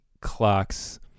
clock's